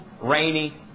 rainy